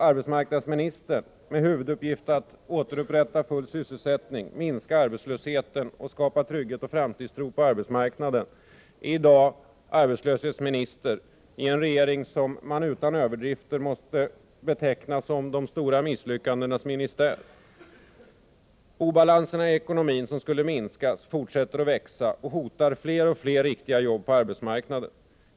Arbetsmarknadsministern, med huvuduppgift att återupprätta full sysselsättning, minska arbetslösheten och skapa trygghet och framtidstro på arbetsmarknaden, är i dag arbetslöshetsminister i en regering som man utan överdrifter måste beteckna som de stora misslyckandenas ministär. Obalanserna i ekonomin, som skulle minskas, fortsätter att växa och hotar fler och fler riktiga jobb på arbetsmarknaden.